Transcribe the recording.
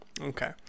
Okay